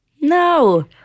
No